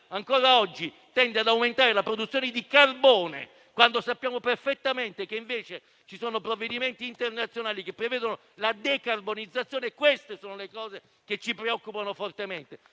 ancora oggi tende ad aumentare la produzione di carbone, quando sappiamo perfettamente che ci sono provvedimenti internazionali che prevedono la decarbonizzazione, ci preoccupa fortemente